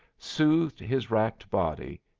soothed his racked body,